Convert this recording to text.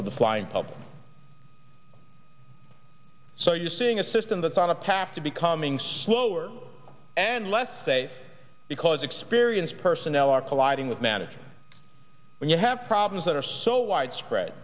of the flying public so you're seeing a system that's on a path to becoming slower and less safe because experienced personnel are colliding with managers when you have problems that are so widespread